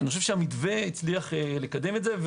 המתווה הצליח לקדם את זה.